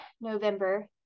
November